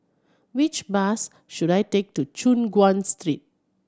which bus should I take to Choon Guan Street